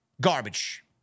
Garbage